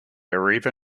arriva